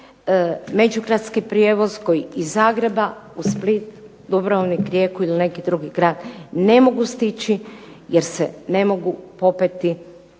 međugradski prijevoz koji iz Zagreba u Split, Dubrovnik, Rijeku ili neki drugi grad ne mogu stići jer se ne mogu popeti